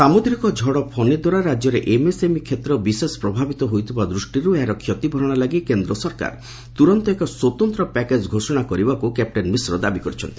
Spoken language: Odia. ସାମୁଦ୍ରିକ ଝଡ଼ ଫନି ଦ୍ୱାରା ରାକ୍ୟରେ ଏମ୍ ଏସ୍ ଏମ୍ଇ କ୍ଷେତ୍ର ବିଶେଷ ପ୍ରଭାବିତ ହୋଇଥିବା ଦୂଷ୍ଟିରୁ ଏହାର ଷତିଭରଣା ଲାଗି କେନ୍ଦ୍ର ସରକାର ତୁରନ୍ତ ଏକ ସ୍ୱତନ୍ତ ପ୍ୟାକେଜ୍ ଘୋଷଣା କରିବାକୁ କ୍ୟାପଟେନ୍ ମିଶ୍ର ଦାବି କରିଛନ୍ତି